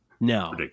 No